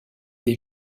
des